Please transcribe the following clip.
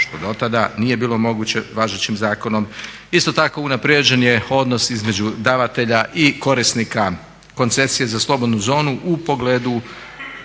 što dotada nije bilo moguće važećim zakonom. Isto tako unaprjeđen je odnos između davatelja i korisnika koncesije za slobodnu zonu u pogledu